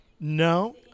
No